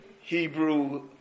Hebrew